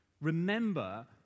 Remember